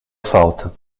falta